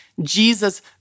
Jesus